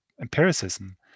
empiricism